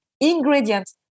ingredients